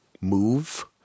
move